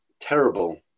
terrible